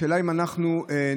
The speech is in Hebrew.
השאלה היא אם אנחנו נערכים,